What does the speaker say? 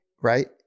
right